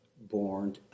born